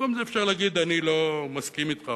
במקום זה אפשר להגיד: אני לא מסכים אתך,